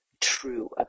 true